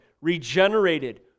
regenerated